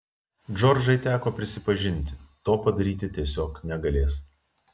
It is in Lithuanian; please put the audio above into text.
džordžai teko prisipažinti to padaryti tiesiog negalės